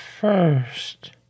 first